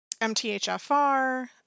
MTHFR